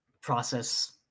process